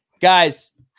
guys